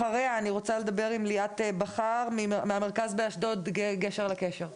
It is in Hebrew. אחריה אני רוצה לדבר עם ליאת בכר מהמרכז באשדוד גשר לקשר.